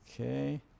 Okay